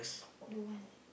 don't want